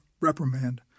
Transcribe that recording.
reprimand